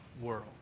world